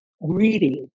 reading